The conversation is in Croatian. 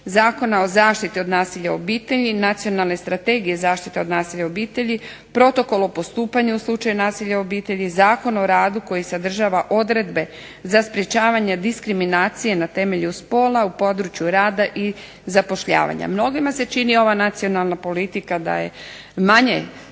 Zakona o zaštiti od nasilja u obitelji, nacionalne strategije zaštite od nasilja u obitelji, protokol o postupanju u slučaju nasilja u obitelji, Zakon o radu koji sadržava odredbe za sprečavanje diskriminacije na temelju spola u području rada i zapošljavanja. Mnogima se čini ova Nacionalna politika da je manje